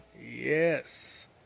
Yes